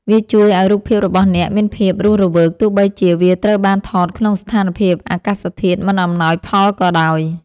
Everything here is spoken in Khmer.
វាជួយឱ្យរូបភាពរបស់អ្នកមានភាពរស់រវើកទោះបីជាវាត្រូវបានថតក្នុងស្ថានភាពអាកាសធាតុមិនអំណោយផលក៏ដោយ។